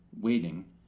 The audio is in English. waiting